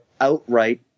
outright